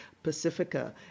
Pacifica